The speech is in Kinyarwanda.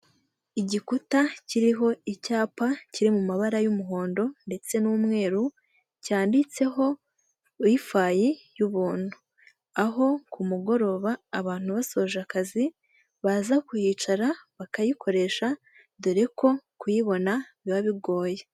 Igikuta kiriho icyapa kiri mu mabara y'umuhondo ndetse n'umweru cyanditseho wayifayi y'ubuntu, aho ku mugoroba abantu basoje akazi, baza kuhicara bakayikoresha dore ko kuyibona biba bigoye.